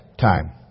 time